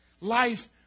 Life